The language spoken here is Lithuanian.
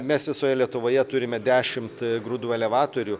mes visoje lietuvoje turime dešimt grūdų elevatorių